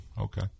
okay